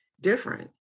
different